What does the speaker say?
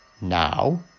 Now